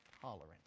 tolerant